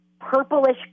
purplish